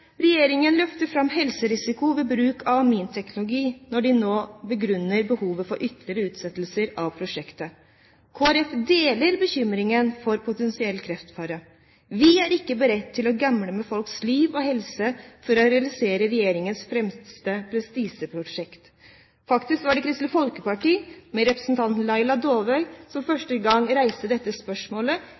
Regjeringen løfter fram helserisiko ved bruk av aminteknologi når de nå begrunner behovet for ytterligere utsettelser av prosjektet. Kristelig Folkeparti deler bekymringen for potensiell kreftfare. Vi er ikke beredt til å gamble med folks liv og helse for å realisere regjeringens fremste prestisjeprosjekt. Faktisk var det Kristelig Folkeparti, ved representanten Laila Dåvøy, som første gang reiste dette spørsmålet